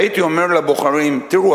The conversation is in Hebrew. הייתי אומר לבוחרים: תראו,